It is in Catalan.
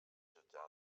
jutjar